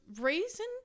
reason